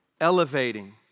elevating